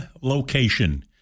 location